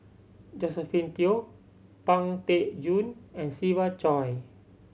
Josephine Teo Pang Teck Joon and Siva Choy